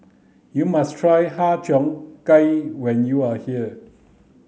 you must try har cheong gai when you are here